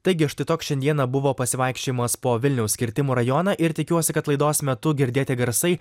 taigi štai toks šiandieną buvo pasivaikščiojimas po vilniaus kirtimų rajoną ir tikiuosi kad laidos metu girdėti garsai